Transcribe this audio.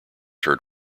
heard